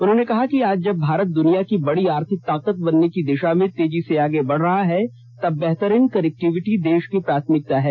उन्होंने कहा कि आज जब भारत दुनिया की बड़ी आर्थिक ताकत बनने की दिशा में तेजी से आगे बढ़ रहा है तब बेहतरीन कनेक्टीविटी देश की प्राथमिकता है